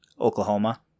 Oklahoma